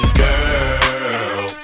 girl